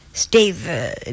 Steve